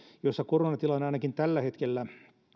joissa koronatilanne ainakin tällä hetkellä